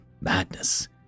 madness